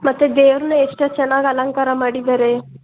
ಮತ್ತು ದೇವರನ್ನ ಎಷ್ಟು ಚೆನ್ನಾಗಿ ಅಲಂಕಾರ ಮಾಡಿದರೆ